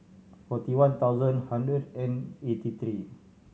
forty one thousand hundred and eighty three